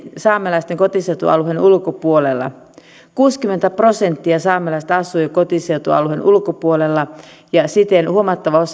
saamelaisten kotiseutualueen ulkopuolella jo kuusikymmentä prosenttia saamelaisista asuu kotiseutualueen ulkopuolella ja siten huomattava osa